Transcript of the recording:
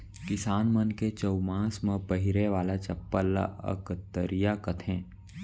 किसान मन के चउमास म पहिरे वाला चप्पल ल अकतरिया कथें